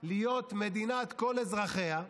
להיות מדינת כל אזרחיה,